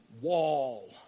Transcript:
wall